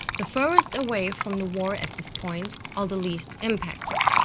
the furthest away from the war at this point, are the least impacted.